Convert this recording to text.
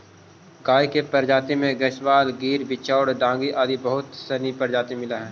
गाय के प्रजाति में गयवाल, गिर, बिच्चौर, डांगी आदि बहुत सनी प्रजाति मिलऽ हइ